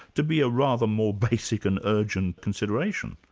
to be a rather more basic and urgent consideration.